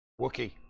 Wookie